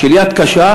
של יד קשה,